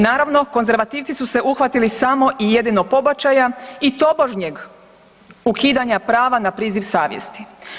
Naravno konzervativci su se uhvatili samo i jedino pobačaja i tobožnjeg ukidanja prava na priziv savjesti.